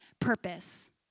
purpose